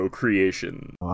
Creation